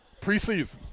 preseason